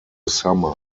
summer